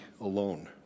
alone